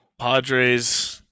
Padres